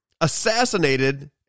assassinated